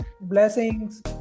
blessings